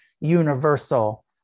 universal